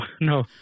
no